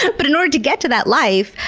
but but in order to get to that life,